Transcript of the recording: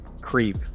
creep